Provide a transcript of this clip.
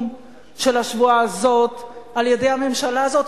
של השבועה הזאת על-ידי הממשלה הזאת,